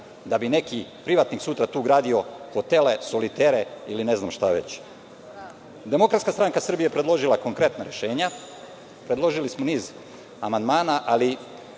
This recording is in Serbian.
da bi neki privatnik sutra tu gradio hotele, solitere ili ne znam šta već. Demokratska stranka Srbije je predložila konkretna rešenja. Predložili smo niz amandmana, ali